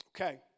okay